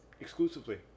exclusively